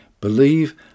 believe